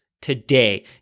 today